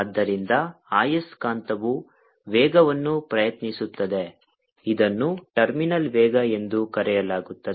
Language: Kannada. ಆದ್ದರಿಂದ ಆಯಸ್ಕಾಂತವು ವೇಗವನ್ನು ಪ್ರಯತ್ನಿಸುತ್ತದೆ ಇದನ್ನು ಟರ್ಮಿನಲ್ ವೇಗ ಎಂದು ಕರೆಯಲಾಗುತ್ತದೆ